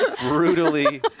brutally